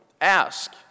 ask